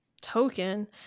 token